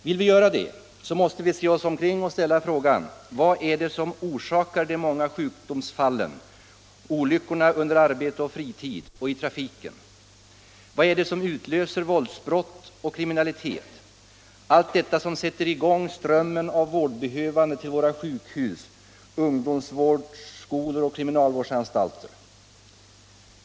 Vill vi göra det, måste vi se oss omkring och ställa frågan: Vad är det som orsakar de många sjukdomsfallen och olyckorna under arbete och fritid och i trafiken? Vad är det som utlöser våldsbrott och kriminalitet? Allt detta som sätter i gång strömmen av vårdbehövande till våra sjukhus, ungdomsvårdsskolor och kriminalvårdsanstalter.